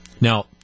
Now